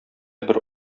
бер